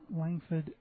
Langford